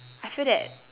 I feel that